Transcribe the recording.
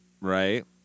right